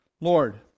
Lord